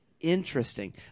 interesting